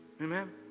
Amen